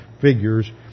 figures